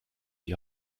die